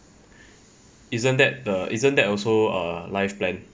isn't that the isn't that also err life plan